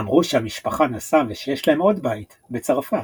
אמרו שהמשפחה נסעה ושיש להם עוד בית, בצרפת.